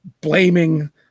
blaming